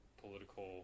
political